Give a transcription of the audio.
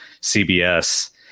CBS